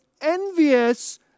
envious